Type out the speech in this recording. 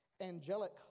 Angelic